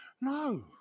no